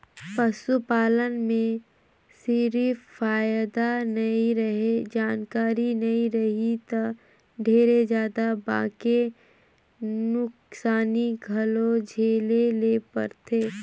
पसू पालन में सिरिफ फायदा नइ रहें, जानकारी नइ रही त ढेरे जादा बके नुकसानी घलो झेले ले परथे